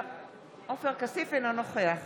אינו נוכח